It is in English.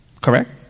Correct